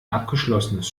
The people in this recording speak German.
abgeschlossenes